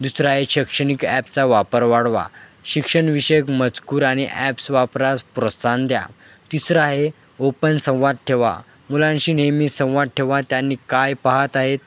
दुसरा आहे शैक्षणिक ॲपचा वापर वाढवा शिक्षणविषयक मजकूर आणि ॲप्स वापरास प्रोत्साहन द्या तिसरं आहे ओपन संवाद ठेवा मुलांशी नेहमी संवाद ठेवा त्यांनी काय पाहात आहेत